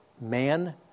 man